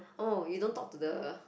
oh you don't talk to the